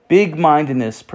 Big-mindedness